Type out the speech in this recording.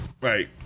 Right